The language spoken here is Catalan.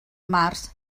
març